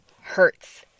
hurts